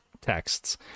texts